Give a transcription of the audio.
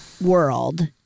world